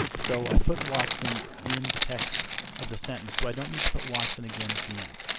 so i put watson in the text of the sentence so i don't need to put watson again at the end.